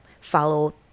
follow